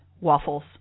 waffles